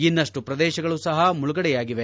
ಇನ್ನಷ್ಟು ಪ್ರದೇಶಗಳು ಸಹ ಮುಳುಗಡೆಯಾಗಿವೆ